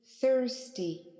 Thirsty